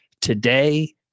today